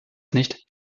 nicht